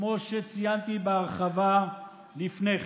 כמו שציינתי בהרחבה לפני כן.